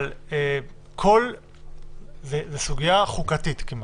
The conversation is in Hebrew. אבל זו סוגיה חוקתית כמעט,